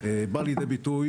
באה לידי ביטוי,